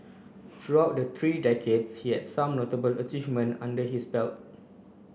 throughout the three decades he has some notable achievement under his belt